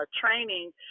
training